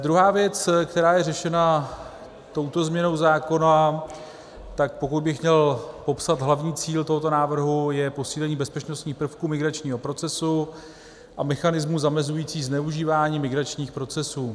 Druhá věc, která je řešena touto změnou zákona, tak pokud bych měl popsat hlavní cíl tohoto návrhu, je posílení bezpečnostních prvků migračního procesu a mechanismu zamezujícího zneužívání migračních procesů.